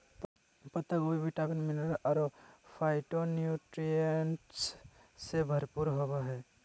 पत्ता गोभी vitamin, mineral अरो फाइटोन्यूट्रिएंट्स से भरपूर होबा हइ